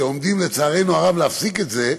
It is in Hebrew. שעומדים לצערנו הרב להפסיק את זה,